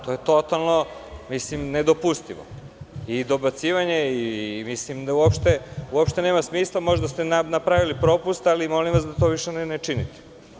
To je totalno nedopustivo, i dobacivanje i mislim da uopšte nema smisla možda ste napravili propust, ali molim vas da to više ne činite.